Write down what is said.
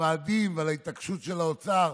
הוועדים ועל ההתעקשות של האוצר